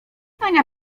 ania